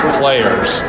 players